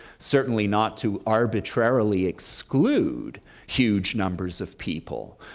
certainly not to arbitrarily exclude huge numbers of people,